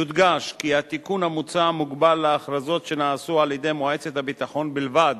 יודגש כי התיקון המוצע מוגבל להכרזות שנעשו על-ידי מועצת הביטחון בלבד,